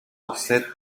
usted